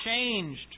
changed